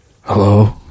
Hello